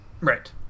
Right